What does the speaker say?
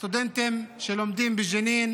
הסטודנטים שלומדים בג'נין